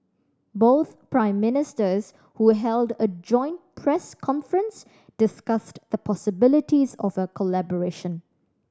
both Prime Ministers who held a joint press conference discussed the possibilities of a collaboration